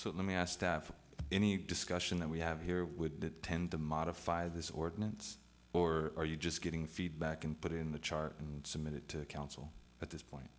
so let me ask have any discussion that we have here would tend to modify this ordinance or are you just getting feedback and put in the chart and submit it to the council at this point